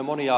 puhemies